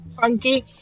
funky